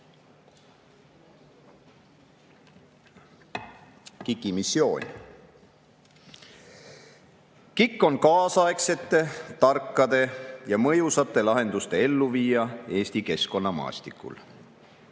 KIK-i missioon. KIK on kaasaegsete, tarkade ja mõjusate lahenduste elluviija Eesti keskkonnamaastikul.